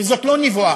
וזאת לא נבואה,